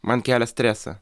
man kelia stresą